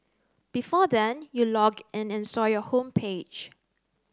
before then you logged in and saw your homepage